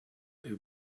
would